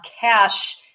cash